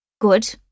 Good